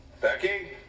Becky